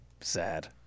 Sad